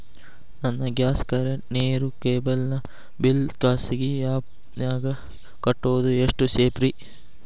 ನನ್ನ gas current, ನೇರು, cable ನ ಬಿಲ್ ಖಾಸಗಿ ಆ್ಯಪ್ ನ್ಯಾಗ್ ಕಟ್ಟೋದು ಎಷ್ಟು ಸೇಫ್ರಿ?